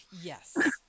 Yes